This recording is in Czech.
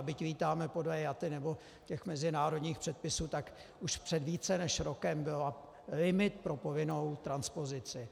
Byť lítáme podle IATA nebo mezinárodních předpisů, tak už před více než rokem byl limit pro povinnou transpozici.